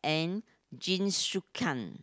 and Jingisukan